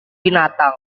binatang